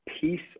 peace